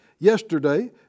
Yesterday